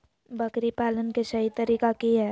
बकरी पालन के सही तरीका की हय?